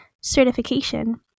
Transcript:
certification